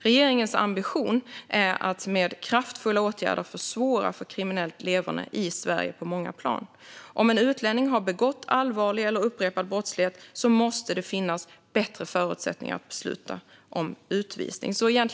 Regeringens ambition är att med kraftfulla åtgärder försvåra kriminellt leverne i Sverige på många plan. Om en utlänning har begått allvarliga eller upprepade brott måste det finnas bättre förutsättningar att besluta om utvisning.